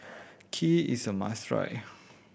kheer is a must try